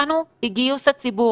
לכם, זה לא איום, זה מה שיקרה.